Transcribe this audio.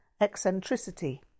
eccentricity